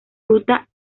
ruta